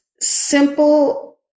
simple